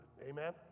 Amen